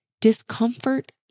Discomfort